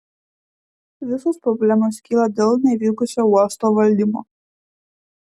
visos problemos kyla dėl nevykusio uosto valdymo